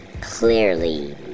Clearly